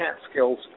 Catskills